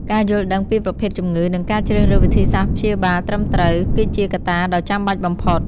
ការយល់ដឹងពីប្រភេទជំងឺ និងការជ្រើសរើសវិធីព្យាបាលត្រឹមត្រូវ គឺជាកត្តាដ៏ចាំបាច់បំផុត។